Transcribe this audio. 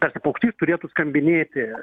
tarsi paukštys turėtų skambinėti